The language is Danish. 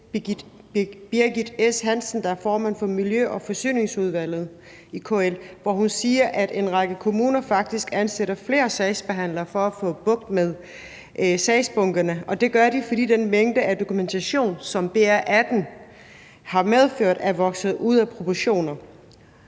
Birgit S. Hansen, der er formand for Miljø- og Forsyningsudvalget i KL, hvor hun siger, at en række kommuner faktisk ansætter flere sagsbehandlere for at få bugt med sagsbunkerne, og det gør de, fordi den mængde af dokumentation, som BR18 har medført, er vokset ud af proportioner.